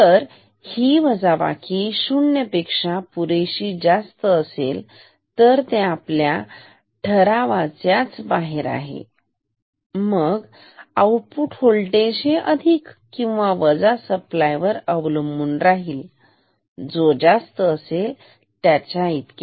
तर ही वजाबाकी शून्या पेक्षा पुरेशी जास्त असेल तर हे आपल्या ठरावाच्याच्या बाहेर आहे मग आउटपुट होल्टेज हे अधिक किंवा वजा सप्लाय वर अवलंबून राहील जो जास्त असेल त्याच्या इतके